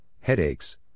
headaches